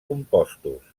compostos